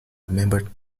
remembered